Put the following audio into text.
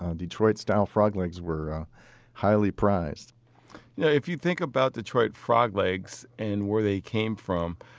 and detroit-style frog legs were highly prized yeah if you think about detroit frog legs and where they came from,